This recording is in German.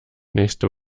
nächste